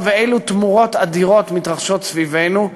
ואילו תמורות אדירות מתרחשות סביבנו,